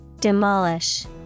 Demolish